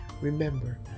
remember